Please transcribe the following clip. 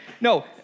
no